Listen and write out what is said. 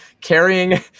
carrying